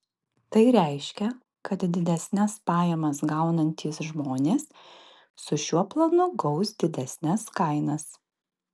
tai reiškia kad didesnes pajamas gaunantys žmonės su šiuo planu gaus didesnes kainas